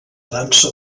dansa